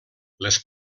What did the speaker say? les